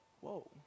Whoa